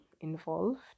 involved